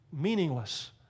meaningless